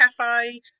cafe